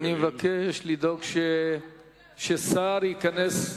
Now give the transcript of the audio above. אני מבקש לדאוג ששר ייכנס.